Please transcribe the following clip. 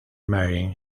marin